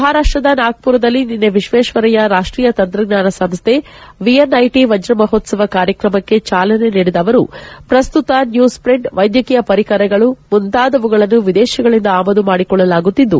ಮಹಾರಾಪ್ಟದ ನಾಗ್ದುರದಲ್ಲಿ ನಿನ್ನೆ ವಿಶ್ವೇಶ್ವರಯ್ಕ ರಾಷ್ಟೀಯ ತಂತ್ರಜ್ಞಾನ ಸಂಸ್ಕೆ ವಿಎನ್ಐಟಿ ವಜ್ರ ಮಹೋತ್ಲವ ಕಾರ್ಯಕ್ರಮಕ್ಕೆ ಚಾಲನೆ ನೀಡಿದ ಅವರು ಪ್ರಸ್ತುತ ನ್ನೂಸ್ ಪ್ರಿಂಟ್ ವೈದ್ಯಕೀಯ ಪರಿಕರಗಳು ಮುಂತಾದವುಗಳನ್ನು ವಿದೇಶಗಳಿಂದ ಆಮದು ಮಾಡಿಕೊಳ್ಳಲಾಗುತ್ತಿದ್ದು